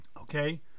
okay